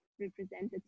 representative